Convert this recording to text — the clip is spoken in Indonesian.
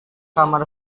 kamar